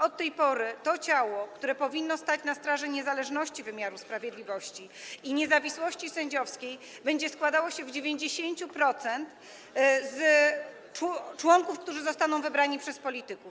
Od tej pory ciało, które powinno stać na straży niezależności wymiaru sprawiedliwości i niezawisłości sędziowskiej, będzie składało się w 90% z członków, którzy zostaną wybrani przez polityków.